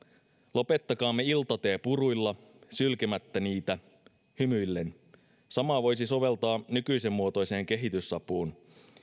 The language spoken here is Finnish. lopettakaamme iltatee puruilla sylkemättä niitä hymyillen samaa voisi soveltaa nykyisen muotoiseen kehitysapuun